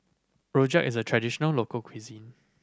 rojak is a traditional local cuisine